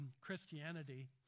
Christianity